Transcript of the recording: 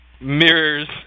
mirrors